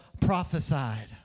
prophesied